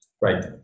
Right